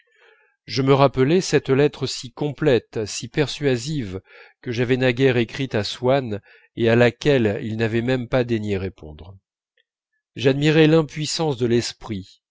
je me rappelais cette lettre si complète si persuasive que j'avais naguère écrite à swann et à laquelle il n'avait même pas daigné répondre j'admirais l'impuissance de l'esprit